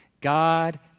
God